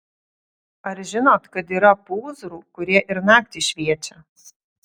ar žinot kad yra pūzrų kurie ir naktį šviečia